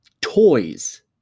toys